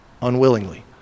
unwillingly